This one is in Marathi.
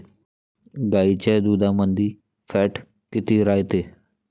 गाईच्या दुधामंदी फॅट किती रायते?